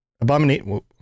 Abominate